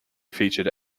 featured